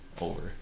over